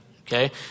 okay